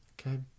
Okay